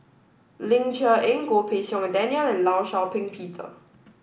Ling Cher Eng Goh Pei Siong Daniel and Law Shau Ping Peter